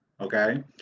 Okay